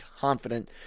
confident